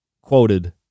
quoted